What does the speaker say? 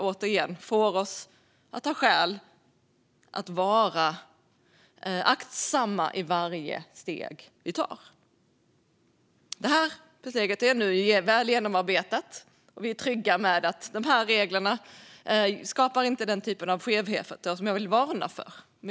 Återigen: Det finns skäl för oss att vara aktsamma i varje steg vi tar. Detta steg är nu väl genomarbetat, och vi är trygga med att reglerna inte skapar den typ av skevheter som jag vill varna för.